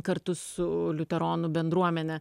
kartu su liuteronų bendruomene